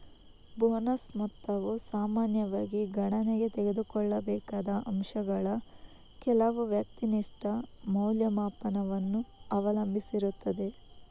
bonus ಮೊತ್ತವು ಸಾಮಾನ್ಯವಾಗಿ ಗಣನೆಗೆ ತೆಗೆದುಕೊಳ್ಳಬೇಕಾದ ಅಂಶಗಳ ಕೆಲವು ವ್ಯಕ್ತಿನಿಷ್ಠ ಮೌಲ್ಯಮಾಪನವನ್ನು ಅವಲಂಬಿಸಿರುತ್ತದೆ